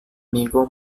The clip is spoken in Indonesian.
minggu